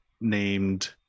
named